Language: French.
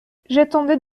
j’attendais